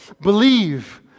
believe